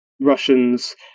Russians